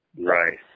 Right